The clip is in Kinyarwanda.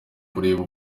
kureba